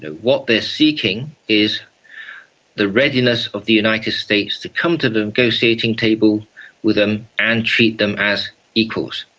what they are seeking is the readiness of the united states to come to the negotiating table with them and treat them as equals,